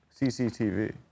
cctv